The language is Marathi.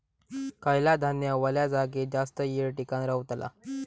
खयला धान्य वल्या जागेत जास्त येळ टिकान रवतला?